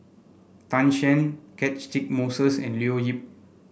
Tan Shen Moses and Leo Yip